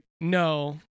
no